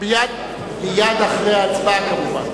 הצעת חוק הרשות השנייה לטלוויזיה ורדיו (תיקון מס' 31) קריאה שנייה.